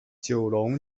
九龙